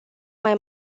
mai